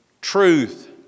truth